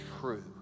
true